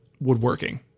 woodworking